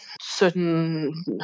certain